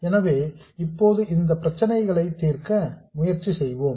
எனவே இப்போது இந்தப் பிரச்சனைகளை தீர்க்க முயற்சி செய்வோம்